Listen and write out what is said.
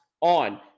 On